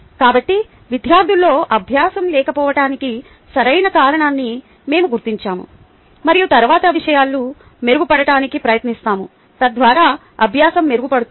కాబట్టి విద్యార్థులలో అభ్యాసం లేకపోవటానికి సరైన కారణాన్ని మేము గుర్తించాము మరియు తరువాత విషయాలు మెరుగుపడటానికి ప్రయత్నిస్తాము తద్వారా అభ్యాసం మెరుగుపడుతుంది